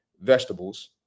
vegetables